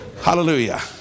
Hallelujah